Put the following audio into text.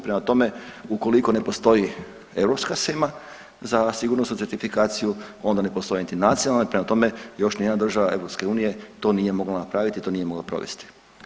Prema tome, ukoliko ne postoji europska shema za sigurnosnu certifikaciju onda ne postoji niti nacionalna i prema tome još niti jedna država EU to nije mogla napraviti i to nije mogla provesti.